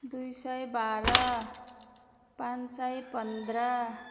दुई सय बाह्र पाँच सय पन्ध्र